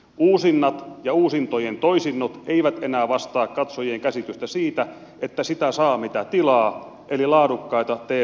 uusinnat ja uusintojen toisinnot eivät enää vastaa katsojien käsitystä siitä että sitä saa mitä tilaa eli laadukkaista tv ohjelmista